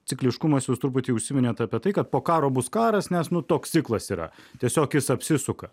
cikliškumas jūs truputį užsiminėt apie tai kad po karo bus karas nes nu toks ciklas yra tiesiog jis apsisuka